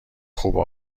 خوب